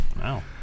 Wow